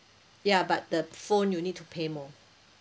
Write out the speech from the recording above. ya but the phone you need to pay more